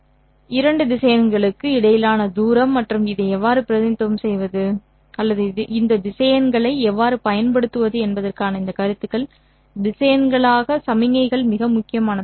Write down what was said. இரண்டு திசையன்களுக்கு இடையிலான தூரம் மற்றும் இதை எவ்வாறு பிரதிநிதித்துவம் செய்வது அல்லது இந்த திசையன்களை எவ்வாறு பயன்படுத்துவது என்பதற்கான இந்த கருத்துக்கள் திசையன்களாக சமிக்ஞைகள் மிக முக்கியமானதாக இருக்கும்